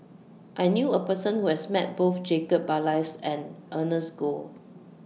I knew A Person Who has Met Both Jacob Ballas and Ernest Goh